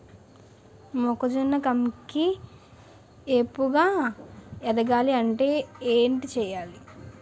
మొక్కజొన్న కంకి ఏపుగ ఎదగాలి అంటే ఏంటి చేయాలి?